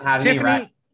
Tiffany